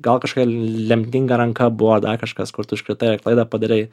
gal kažkokia lemtinga ranka buvo dar kažkas kur tu iškritai ar klaidą padarei